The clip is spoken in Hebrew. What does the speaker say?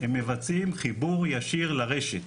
הם מבצעים חיבור ישיר לרשת.